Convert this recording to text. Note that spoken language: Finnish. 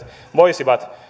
voisivat